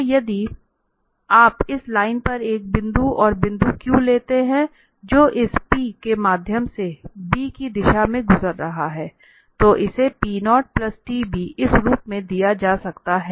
तो यदि आप इस लाइन पर एक और बिंदु Q लेते हैं जो इस P के माध्यम से b की दिशा में गुजर रहा है तो इसे P0tb इस रूप में दिया जा सकता है